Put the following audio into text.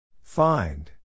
Find